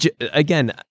again